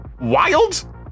wild